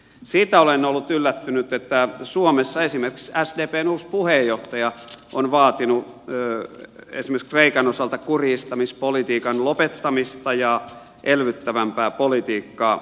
siitä olen ollut yllättynyt että suomessa esimerkiksi sdpn uusi puheenjohtaja on vaatinut esimerkiksi kreikan osalta kurjistamispolitiikan lopettamista ja elvyttävämpää politiikkaa